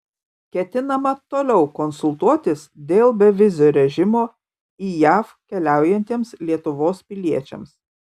ketinama toliau konsultuotis dėl bevizio režimo į jav keliaujantiems lietuvos piliečiams